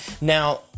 now